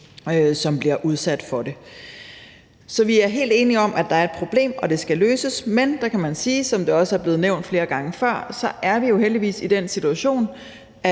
som bliver udsat for det. Så vi er helt enige om, at der er et problem, og at det skal løses. Men så kan man sige, som det også er blevet nævnt flere gange før, at vi jo heldigvis er i den situation, at